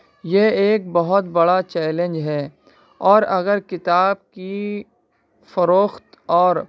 یہ ایک بہت بڑا چیلنج ہے اور اگر کتاب کی فروخت اور